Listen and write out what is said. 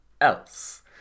else